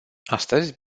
astăzi